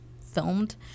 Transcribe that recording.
filmed